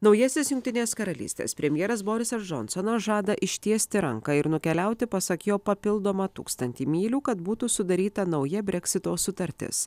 naujasis jungtinės karalystės premjeras borisas džonsonas žada ištiesti ranką ir nukeliauti pasak jo papildomą tūkstantį mylių kad būtų sudaryta nauja breksito sutartis